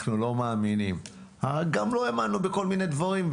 אנחנו לא מאמינים וגם לא האמנו בכל מיני דברים,